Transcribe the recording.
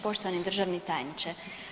Poštovani državni tajniče.